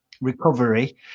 recovery